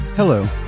Hello